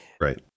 Right